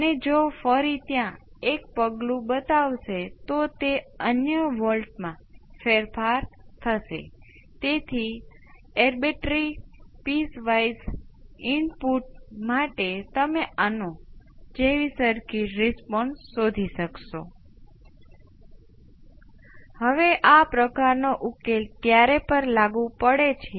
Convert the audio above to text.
એ જ રીતે અહીં જો તમારી પાસે એક્સપોનેનશીયલ st તો તેનું માત્ર મૂલ્ય બદલાવી શકાય છે મારો મતલબ કે તે કોઈ અન્ય ફંક્શન નથી અહી નેટવર્ક્સ અને સિસ્ટમ જેવા કોર્સ પર આધારિત છે જે વહેલા છે અને મોટો ભાગ છે આ એક્સપોનેનશીયલ st પર આધારિત હશે જેનો હું વેક્ટર કરી શકું છું તેથી તે ખૂબ જ ઉપયોગી છે